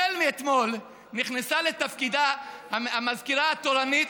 אתמול נכנסה לתפקידה המזכירה התורנית,